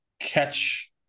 catch